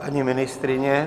Paní ministryně?